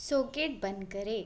socket बंद करें